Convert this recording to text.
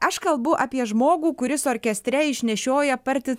aš kalbu apie žmogų kuris orkestre išnešioja parti